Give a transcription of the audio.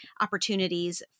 opportunities